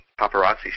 paparazzi